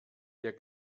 der